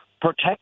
protect